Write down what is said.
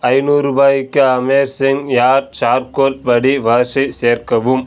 ஐநூறுரூபாய்க்கு amazing யா charcoal படி வாஷை சேர்க்கவும்